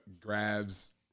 grabs